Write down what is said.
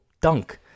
dunk